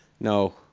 No